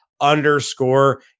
underscore